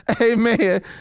Amen